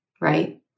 right